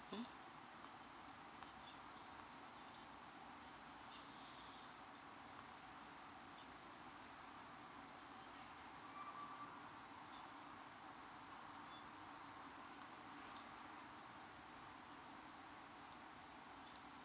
uh